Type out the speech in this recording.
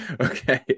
okay